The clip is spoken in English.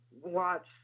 watch